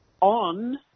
On